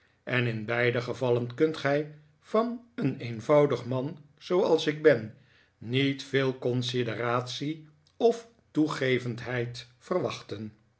en in beide gevallen kunt gij van een eenvoudig man zooals ik ben niet veel consideratie of toegevendheid verwachten